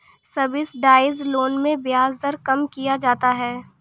subsidised loan में ब्याज दर कम किया जाता है